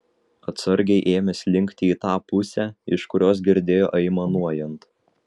atsargiai ėmė slinkti į tą pusę iš kurios girdėjo aimanuojant